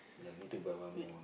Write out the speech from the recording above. ya need to buy one more